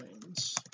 planes